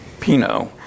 Pinot